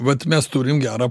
vat mes turim gerą